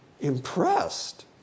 impressed